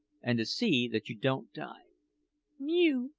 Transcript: and to see that you don't die mew,